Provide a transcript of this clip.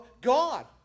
God